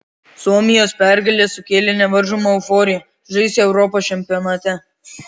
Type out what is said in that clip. suomijos pergalė sukėlė nevaržomą euforiją žais europos čempionate